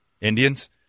Indians